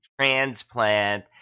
transplant